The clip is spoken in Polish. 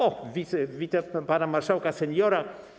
O, widzę pana marszałka seniora.